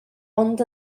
ond